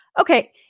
okay